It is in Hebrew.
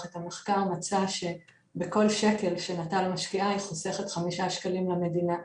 את המחקר מצא שבכל שקל שנט"ל משקיעה היא חוסכת חמישה שקלים למדינה.